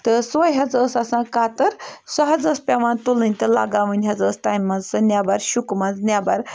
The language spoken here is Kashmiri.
تہٕ سۄے حظ ٲس آسان کَتٕر سۄ حظ ٲس پٮ۪وان تُلٕنۍ تہِ لگاوٕنۍ حظ ٲس تَمہِ منٛز سُہ نٮ۪بر شُکہٕ منٛز نٮ۪بَر